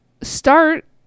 start